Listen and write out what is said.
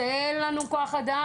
אין לנו כוח אדם".